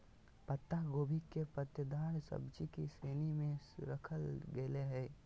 पत्ता गोभी के पत्तेदार सब्जि की श्रेणी में रखल गेले हें